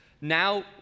Now